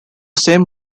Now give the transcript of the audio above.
same